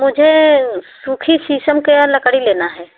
मुझे सूखी शीशम की लकड़ी लेना है